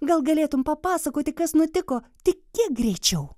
gal galėtum papasakoti kas nutiko tik kiek greičiau